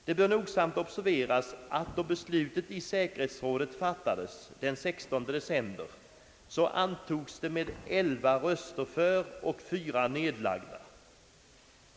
Det bör nogsamt observeras att då beslutet i säkerhetsrådet fattades den 16 december antogs det med 11 röster för och 4 nedlagda.